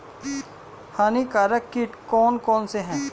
हानिकारक कीट कौन कौन से हैं?